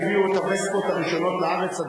כשהביאו את הווספות הראשונות לארץ,